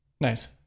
Nice